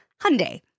Hyundai